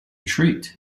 treat